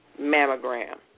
mammogram